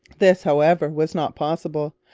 this, however, was not possible,